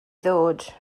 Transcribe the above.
ddod